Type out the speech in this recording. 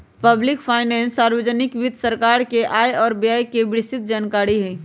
public finance सार्वजनिक वित्त सरकार के आय व व्यय के विस्तृतजानकारी हई